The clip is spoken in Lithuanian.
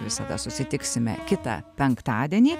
visada susitiksime kitą penktadienį